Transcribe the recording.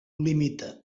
limita